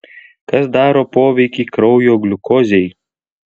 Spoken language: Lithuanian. kas daro poveikį kraujo gliukozei